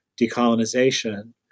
decolonization